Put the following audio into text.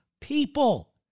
people